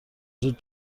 زود